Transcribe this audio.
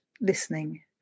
listening